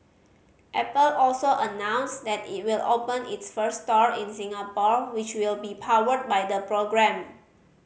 apple also announced that it will open its first store in Singapore which will be powered by the program